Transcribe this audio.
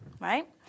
right